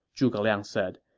zhuge liang said.